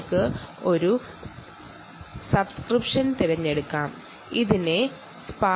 നിങ്ങൾക്ക് ഒരു സബ്സ്ക്രിപ്ഷൻ തിരഞ്ഞെടുക്കാൻ കഴിയും